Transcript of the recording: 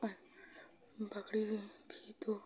और बकरी तो